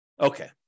Okay